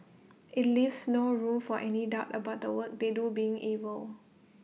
IT leaves no room for any doubt about the work they do being evil